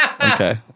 Okay